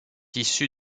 issu